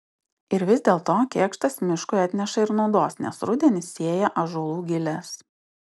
ir vis dėlto kėkštas miškui atneša ir naudos nes rudenį sėja ąžuolų giles